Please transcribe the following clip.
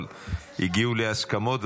אבל הגיעו להסכמות.